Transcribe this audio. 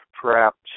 trapped